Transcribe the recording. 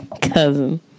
cousin